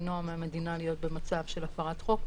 למנוע מהמדינה להיות במצב של הפרת חוק,